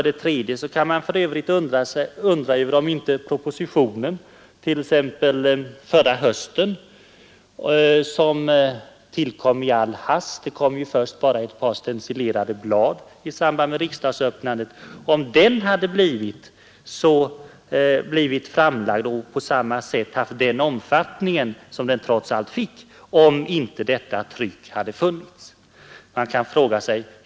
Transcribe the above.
Dessutom kan man undra om de konjunkturstimulerande åtgärderna i propositionen förra hösten som uppenbarligen tillkom i all hast — det utdelades först bara ett par stencilerade blad vid en presskonferens i samband med riksdagsöppnandet hade blivit framlagd över huvud taget eller i den omfattning som den trots allt fick, om inte detta tryck hade funnits.